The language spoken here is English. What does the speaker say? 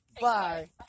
Bye